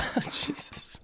Jesus